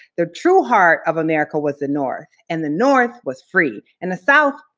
the true heart of america was the north, and the north was free. and the south,